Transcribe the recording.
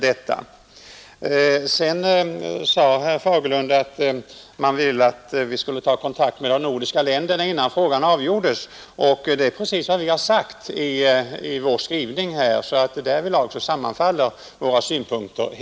Herr Fagerlund vill att vi skall ta kontakt med de andra nordiska länderna innan frågan avgörs. Det har vi reservanter också sagt i vår skrivning. Därvidlag sammanfaller alltså synpunkterna.